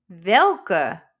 welke